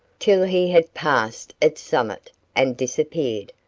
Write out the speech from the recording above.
till he had passed its summit and disappeared,